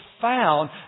found